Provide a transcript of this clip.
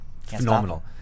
Phenomenal